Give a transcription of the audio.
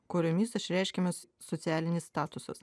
kuriomis išreiškiamas socialinis statusas